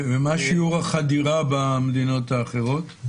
ומה שיעור החדירה במדינות אחרות?